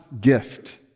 gift